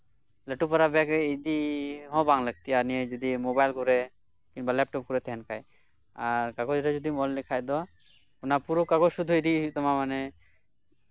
ᱞᱟ ᱴᱩ ᱯᱟᱨᱟ ᱵᱮᱜᱽ ᱨᱮ ᱵᱚᱸ ᱤᱫᱤ ᱞᱟ ᱠᱛᱤ ᱦᱚᱸ ᱵᱟᱝ ᱞᱟ ᱠᱛᱤᱜᱼᱟ ᱱᱤᱭᱟᱹ ᱡᱩᱫᱤ ᱢᱳᱵᱟᱭᱤᱞ ᱠᱚᱨᱮ ᱠᱤᱝᱵᱟ ᱞᱮᱯᱴᱚᱯ ᱠᱚᱨᱮ ᱛᱟᱦᱮᱱ ᱠᱷᱟᱱ ᱟᱨ ᱠᱟᱜᱚᱡᱽ ᱟᱨ ᱡᱩᱫᱤᱢ ᱚᱞ ᱞᱮᱠᱷᱟᱡ ᱫᱚ ᱚᱱᱟ ᱯᱩᱨᱟᱹ ᱠᱟᱜᱚᱡᱽ ᱥᱩᱫᱽᱫᱷᱟᱹ ᱤᱫᱤᱭ ᱦᱩᱭᱩᱜ ᱛᱟᱢᱟ ᱢᱟᱱᱮ